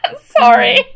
sorry